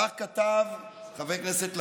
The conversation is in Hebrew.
כך כתב, חבר הכנסת לפיד,